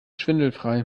schwindelfrei